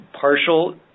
partial